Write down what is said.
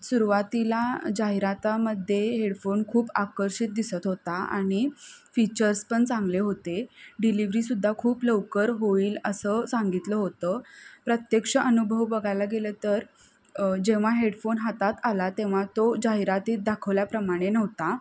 सुरुवातीला जाहिरातामध्ये हेडफोन खूप आकर्षित दिसत होता आणि फीचर्स पण चांगले होते डिलिवरी सुद्धा खूप लवकर होईल असं सांगितलं होतं प्रत्यक्ष अनुभव बघायला गेलं तर जेव्हा हेडफोन हातात आला तेव्हा तो जाहिरातीत दाखवल्याप्रमाणे नव्हता